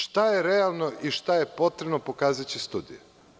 Šta je realno i šta je potrebno, pokazaće studije.